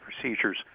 procedures